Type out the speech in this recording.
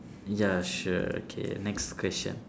ya sure K next question